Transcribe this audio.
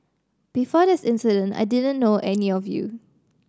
before this incident I didn't know any of you